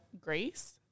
Grace